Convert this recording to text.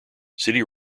city